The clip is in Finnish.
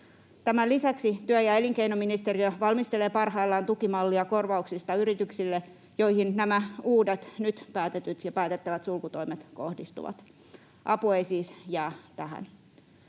Tämän lisäksi työ- ja elinkeinoministeriö valmistelee parhaillaan tukimallia korvauksista yrityksille, joihin nämä uudet, nyt päätetyt ja päätettävät sulkutoimet kohdistuvat. Apu ei siis jää tähän.